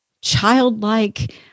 childlike